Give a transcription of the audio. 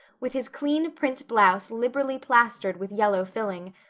with his clean print blouse liberally plastered with yellow filling,